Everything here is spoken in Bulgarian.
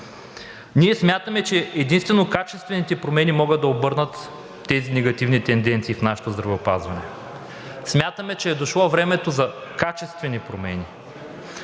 Ние смятаме, че единствено качествените промени могат да обърнат тези негативни тенденции в нашето здравеопазване. Смятаме, че е дошло времето за качествени промени.